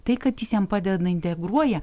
tai kad jis jam padeda integruoja